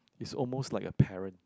is almost like a parent